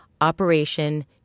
Operation